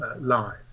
line